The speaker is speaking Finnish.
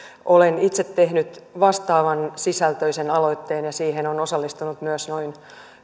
olen itse tehnyt vastaavansisältöisen aloitteen ja siihen on osallistunut myös noin